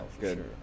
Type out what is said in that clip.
good